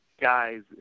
guys